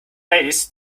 ladies